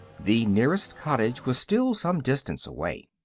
the nearest cottage was still some distance away.